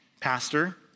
pastor